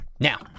Now